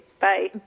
Bye